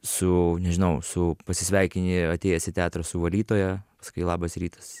su nežinau su pasisveikini atėjęs į teatrą su valytoja pasakai labas rytas